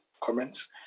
comments